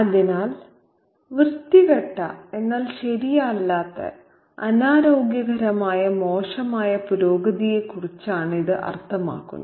അതിനാൽ വൃത്തികെട്ട എന്നാൽ ശരിയല്ലാത്ത അനാരോഗ്യകരമായ മോശമായ പുരോഗതിയെ കുറിച്ച് ആണ് അർത്ഥമാക്കുന്നത്